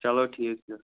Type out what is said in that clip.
چَلو ٹھیٖک چھُ